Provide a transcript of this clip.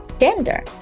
standard